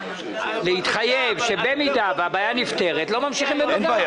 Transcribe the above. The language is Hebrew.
יש להתחייב שבמידה והבעיה נפתרת לא ממשיכים בבית המשפט.